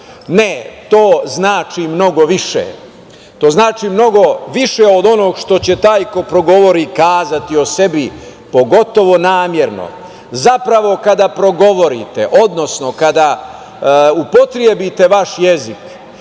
Ne, to znači mnogo više, to znači mnogo više od onoga što će taj koji progovori kazati o sebi, pogotovo namerno. Zapravo, kada progovorite, odnosno kada upotrebite vaš jezik